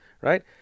right